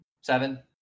Seven